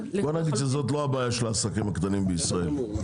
זו לא הבעיה של העסקים הקטנים בישראל.